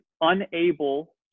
unable